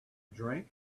drink